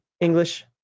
English